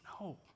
No